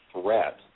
threat